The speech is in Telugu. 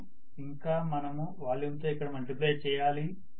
అవును ఇంకా మనము వాల్యూమ్ తో ఇక్కడ మల్టిప్లై చేయాలి